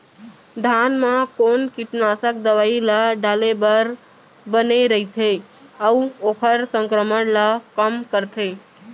धान म कोन कीटनाशक दवई ल डाले बर बने रइथे, अऊ ओखर संक्रमण ल कम करथें?